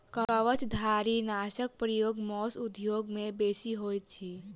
कवचधारीनाशकक प्रयोग मौस उद्योग मे बेसी होइत अछि